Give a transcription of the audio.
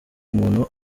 umuntu